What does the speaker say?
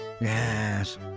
Yes